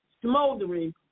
smoldering